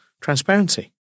transparency